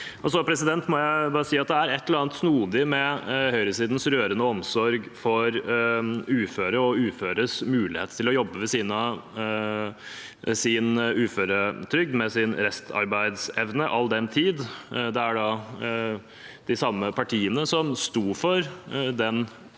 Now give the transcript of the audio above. heller. Videre må jeg bare si at det er et eller annet snodig med høyresidens rørende omsorg for uføre og uføres mulighet til å jobbe ved siden av sin uføretrygd med sin restarbeidsevne, all den tid det er de partiene som sto for å